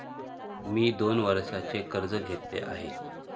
मी दोन वर्षांचे कर्ज घेतले आहे